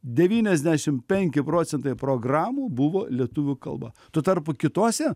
devyniasdešim penki procentai programų buvo lietuvių kalba tuo tarpu kitose